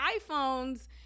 iPhones